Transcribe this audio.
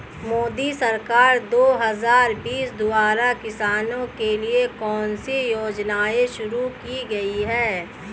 मोदी सरकार दो हज़ार बीस द्वारा किसानों के लिए कौन सी योजनाएं शुरू की गई हैं?